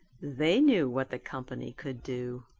they knew what the company could do.